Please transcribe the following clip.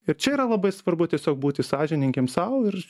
ir čia yra labai svarbu tiesiog būti sąžiningiem sau ir